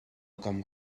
com